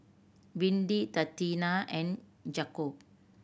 Windy Tatiana and Jakob